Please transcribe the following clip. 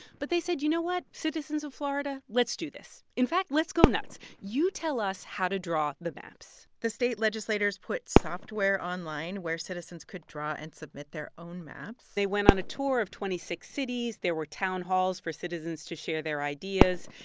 but they said, you know what, citizens of florida? let's do this. in fact, let's go nuts. you tell us how to draw the maps the state legislators put software online where citizens could draw and submit their own maps they went on a tour of twenty six cities. there were town halls for citizens to share their ideas.